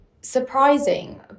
surprising